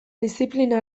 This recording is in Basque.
diziplina